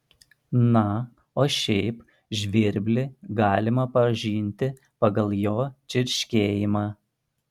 na o šiaip žvirblį galima pažinti pagal jo čirškėjimą